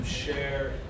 share